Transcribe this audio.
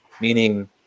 Meaning